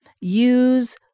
use